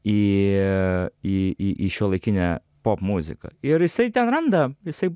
į į į į šiuolaikinę popmuziką ir jisai ten randa jisai